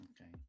okay